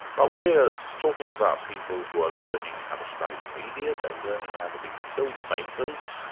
but we're talking about people who are learning how to study media, they're learning how to be film makers,